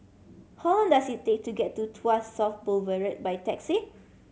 how long does it take to get to Tuas South Boulevard by taxi